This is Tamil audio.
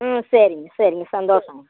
ம் சரிங்க சரிங்க சந்தோஷம்